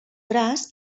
traç